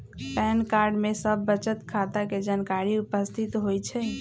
pan card में सभ बचत खता के जानकारी उपस्थित होइ छइ